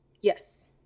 Yes